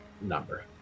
number